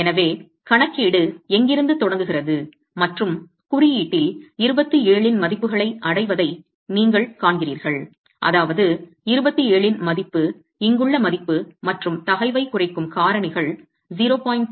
எனவே கணக்கீடு எங்கிருந்து தொடங்குகிறது மற்றும் குறியீட்டில் 27 இன் மதிப்புகளை அடைவதை நீங்கள் காண்கிறோம் அதாவது 27 இன் மதிப்பு இங்குள்ள மதிப்பு மற்றும் தகைவை குறைக்கும் காரணிகள் 0